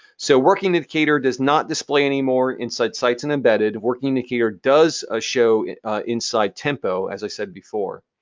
so working indicator does not display anymore inside sites and embedded. working indicator does ah show inside tempo, as i said before.